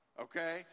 okay